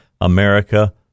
America